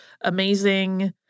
amazing